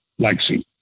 Lexi